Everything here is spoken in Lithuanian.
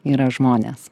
yra žmonės